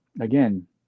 again